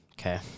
Okay